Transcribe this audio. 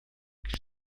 que